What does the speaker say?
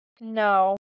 No